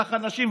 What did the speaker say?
לקח אנשים,